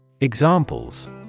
Examples